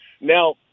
Now